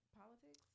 politics